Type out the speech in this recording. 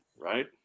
Right